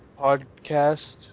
podcast